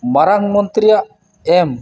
ᱢᱟᱨᱟᱝ ᱢᱚᱱᱛᱨᱤᱭᱟᱜ ᱮᱢ